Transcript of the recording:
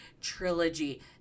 trilogy